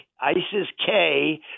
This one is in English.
ISIS-K